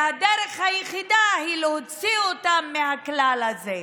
והדרך היחידה היא להוציא אותם מהכלל הזה.